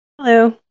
Hello